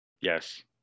Yes